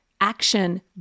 action